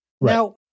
now